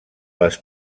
les